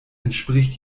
entspricht